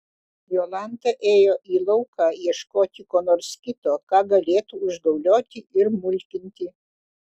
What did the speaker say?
jolanta ėjo į lauką ieškoti ko nors kito ką galėtų užgaulioti ir mulkinti